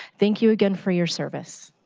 thank you again for your service.